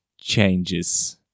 changes